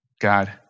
God